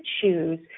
choose